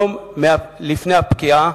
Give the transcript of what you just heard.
יום לפני הפקיעה,